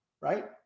right